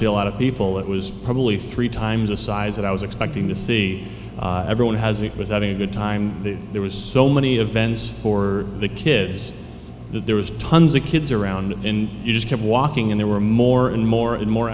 see a lot of people it was probably three times the size that i was expecting to see everyone has it was having a good time there was so many events for the kids that there was tons of kids around in it just kept walking in there were more and more and more